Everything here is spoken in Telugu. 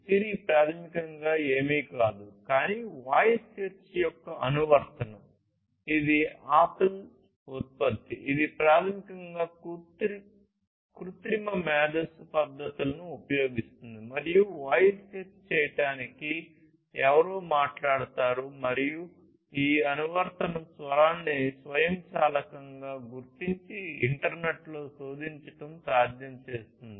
సిరి ప్రాథమికంగా ఏమీ కాదు కానీ వాయిస్ సెర్చ్ యొక్క అనువర్తనం ఇది ఆపిల్ ఉత్పత్తి ఇది ప్రాథమికంగా కృత్రిమ మేధస్సు గుర్తించి ఇంటర్నెట్లో శోధించడం సాధ్యం చేస్తుంది